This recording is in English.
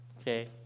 okay